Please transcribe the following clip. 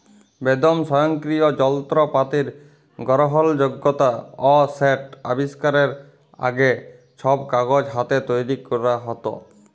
বেদম স্বয়ংকিরিয় জলত্রপাতির গরহলযগ্যতা অ সেট আবিষ্কারের আগে, ছব কাগজ হাতে তৈরি ক্যরা হ্যত